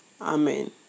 Amen